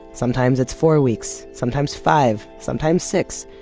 sometimes it's four weeks, sometimes five, sometimes six.